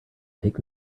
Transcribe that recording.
take